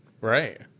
Right